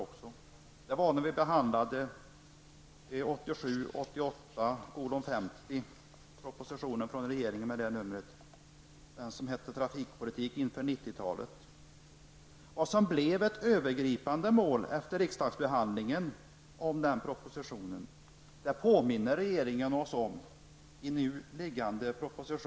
Det skedde när vi behandlade proposition 1987/88:50 med titeln Trafikpolitik inför 90-talet. I den nu föreliggande propositionen påminner regeringen oss om vad som blev det övergripande målet för trafikpolitiken efter riksdagsbehandlingen 1988.